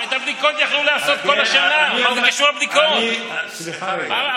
הרי את הבדיקות יכלו לעשות כל השנה, סליחה, רגע.